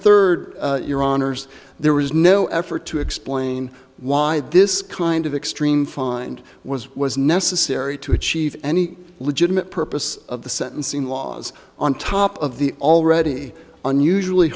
third your honour's there was no effort to explain why this kind of extreme find was was necessary to achieve any legitimate purpose of the sentencing laws on top of the already unusually